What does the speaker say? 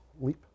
leap